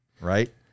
right